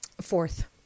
fourth